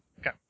Okay